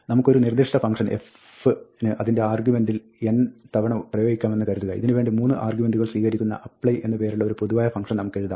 നമുക്ക് ഒരു നിർദ്ധിഷ്ഠ ഫംഗ്ഷൻ f ന് അതിന്റെ ആർഗ്യുമെന്റിൽ n തവണ പ്രയോഗിക്കണമെന്ന് കരുതുക ഇതിനുവേണ്ടി 3 ആർഗ്യുമെന്റുകൾ സ്വീകരിക്കുന്ന apply എന്ന് പേരുള്ള ഒരു പൊതുവായ ഫംഗ്ഷൻ നമുക്ക് എഴുതാം